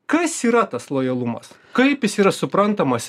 kas yra tas lojalumas kaip jis yra suprantamas